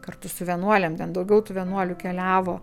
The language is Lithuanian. kartu su vienuolėm ten daugiau tų vienuolių keliavo